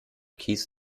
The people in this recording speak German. keys